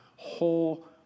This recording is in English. whole